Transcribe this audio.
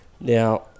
Now